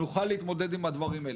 ונוכל להתמודד עם הדברים האלה.